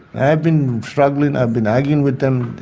i have been struggling, i have been arguing with them,